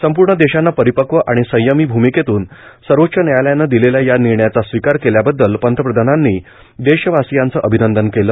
संपूर्ण देशानं परिपक्व आणि संयमी भूमिकेतून सर्वेच्च न्यायालयाने दिलेल्या या निर्णयाचा स्वीकार केल्याबददल पंतप्रधानांनी देशवासियांचं अभिनंदन केलं